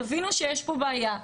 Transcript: תבינו שיש פה בעיה,